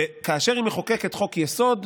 וכאשר היא מחוקקת חוק-יסוד,